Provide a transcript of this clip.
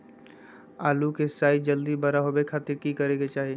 आलू के साइज जल्दी बड़ा होबे खातिर की करे के चाही?